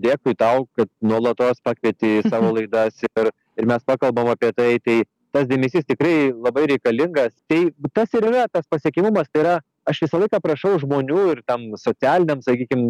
dėkui tau kad nuolatos pakvieti į savo laidas ir ir mes pakalbam apie tai tai tas dėmesys tikrai labai reikalingas tai tas ir yra tas pasiekiamumas tai yra aš visą laiką prašau žmonių ir ten socialiniams sakykim